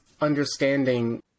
understanding